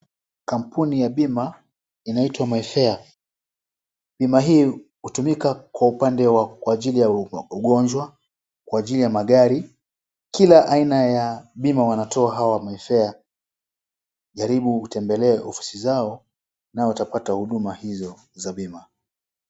Kampuni ya bima inaitwa my fair, bima hii hutumika upande wa kwa ajili ya ugonjwa , kwa ajili ya magari. Kila aina ya bima wanatoa hawa May Fair, jaribu kutembelea ofisi zao nao utapata huduma hizo za bima.